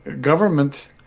government